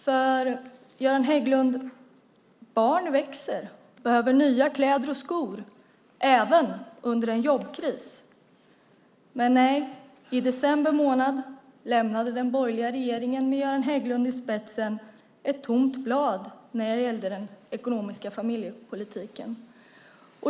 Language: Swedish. Barn växer, Göran Hägglund, och behöver nya kläder och skor även under en jobbkris. Men i december månad lämnade den borgerliga regeringen med Göran Hägglund i spetsen ett tomt blad när det gällde den ekonomiska familjepolitiken.